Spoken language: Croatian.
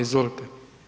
Izvolite.